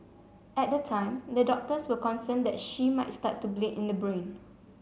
at the time the doctors were concerned that she might start to bleed in the brain